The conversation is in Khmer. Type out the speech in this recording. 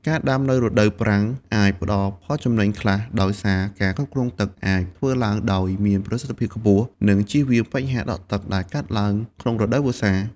ការដាំនៅរដូវប្រាំងអាចផ្តល់ផលចំណេញខ្លះ ដោយសារការគ្រប់គ្រងទឹកអាចធ្វើឡើងដោយមានប្រសិទ្ធភាពខ្ពស់ និងអាចជៀសវាងបញ្ហាដក់ទឹកដែលកើតឡើងក្នុងរដូវវស្សា។